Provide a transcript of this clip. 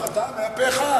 הוא חתם, זה היה פה אחד.